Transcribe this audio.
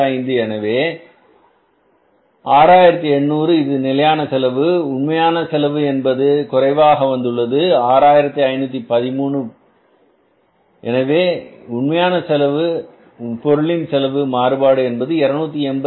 25 எனவே 6800 இது நிலையான செலவு உண்மையான செலவு என்பது குறைவாக வந்துள்ளது அது 6513 எனவே உண்மையான பொருளில் செலவு மாறுபாடு என்பது 286